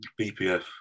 BPF